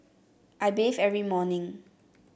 I bathe every morning